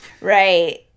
Right